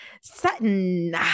Sutton